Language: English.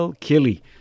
Killy